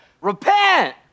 repent